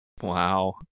Wow